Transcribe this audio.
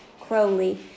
Crowley